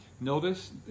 notice